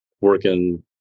working